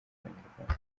abanyarwanda